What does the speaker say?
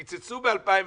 קיצצו ב-2018,